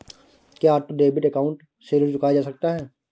क्या auto debit account से ऋण चुकाया जा सकता है?